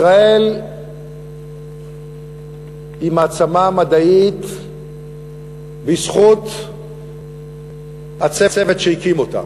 ישראל היא מעצמה מדעית בזכות הצוות שהקים אותה.